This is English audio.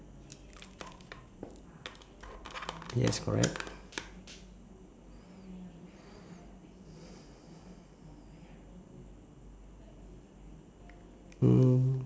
yes correct mm